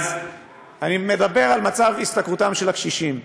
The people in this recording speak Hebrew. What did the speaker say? אני מדבר על מצב השתכרותם של הקשישים.